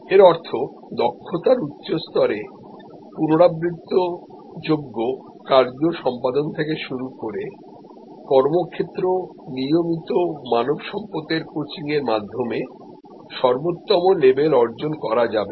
এর অর্থ দক্ষতার উচ্চ স্তরে পুনরাবৃত্তযোগ্য কার্য সম্পাদন থেকে শুরু করে কর্মক্ষেত্র নিয়মিত মানব সম্পদের কোচিংয়ের মাধ্যমে সর্বোত্তম লেভেল অর্জন করা যাবে